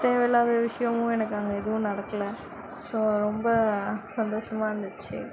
தேவை இல்லாத விஷயமும் எனக்கு அங்க எதுவும் நடக்கலை ஸோ ரொம்ப சந்தோஷமாக இருந்துச்சு